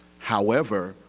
however,